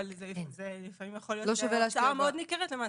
אבל זו לפעמים יכולה להיות הוצאה מאוד ניכרת למעסיקים.